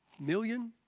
million